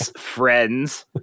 friends